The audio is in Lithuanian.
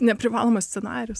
neprivalomas scenarijus